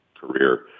career